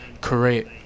create